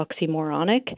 oxymoronic